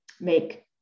make